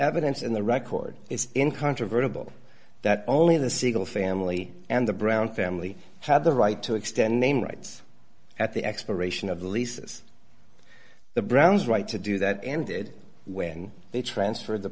evidence in the record is incontrovertibly that only the single family and the brown family had the right to extend name rights at the expiration of the leases the browns right to do that ended when they transferred the